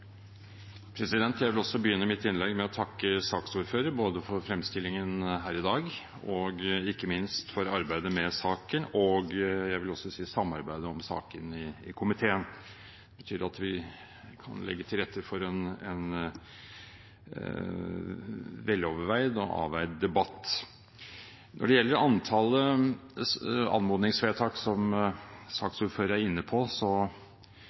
Jeg vil også begynne mitt innlegg med å takke saksordføreren både for fremstillingen her i dag og ikke minst for arbeidet med saken, og jeg vil også si samarbeidet om saken i komiteen. Det betyr at vi kan legge til rette for en veloverveid og avveid debatt. Når det gjelder antallet anmodningsvedtak, er det, som saksordføreren er inne på,